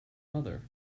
mother